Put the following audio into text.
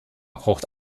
braucht